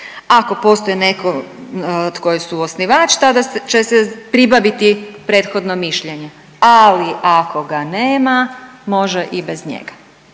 ako postoji netko tko je suosnivač tada će se pribaviti prethodno mišljenje. Ali ako ga nema može i bez njega.